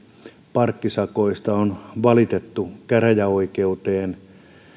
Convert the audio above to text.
parkkisakoista on valitettu käräjäoikeuteen